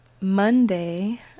Monday